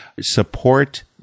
support